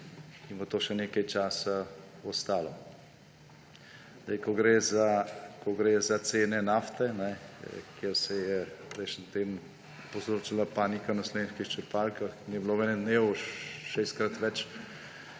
To bo še nekaj časa ostalo. Ko gre za cene nafte, kjer se je prejšnji teden povzročala panika na slovenskih črpalkah in je bilo v enem dnevu šestkrat več